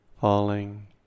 falling